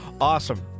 Awesome